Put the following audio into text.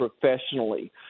professionally